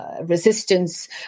resistance